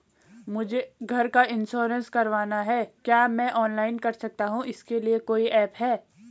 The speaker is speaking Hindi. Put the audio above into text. मुझे घर का इन्श्योरेंस करवाना है क्या मैं ऑनलाइन कर सकता हूँ इसके लिए कोई ऐप है?